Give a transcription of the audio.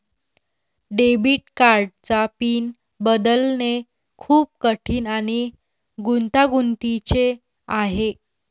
debit कार्डचा pin बदलणे खूप कठीण आणि गुंतागुंतीचे आहे